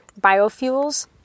biofuels